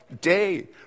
day